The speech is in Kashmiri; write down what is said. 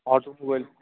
auto mobile